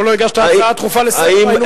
למה לא הגשת הצעה דחופה לסדר-היום?